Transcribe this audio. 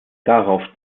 darauf